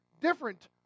different